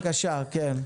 בבקשה.